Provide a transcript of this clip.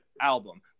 album